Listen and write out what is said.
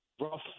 rough